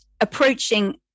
approaching